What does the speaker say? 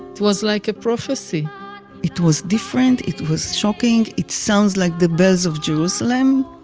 it was like a prophecy it was different. it was shocking. it sounds like the bells of jerusalem.